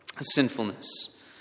sinfulness